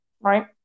right